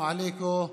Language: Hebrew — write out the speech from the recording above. לנו ולכם,